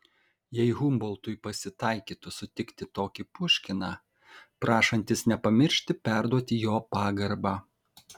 jei humboltui pasitaikytų sutikti tokį puškiną prašantis nepamiršti perduoti jo pagarbą